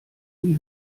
die